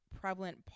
prevalent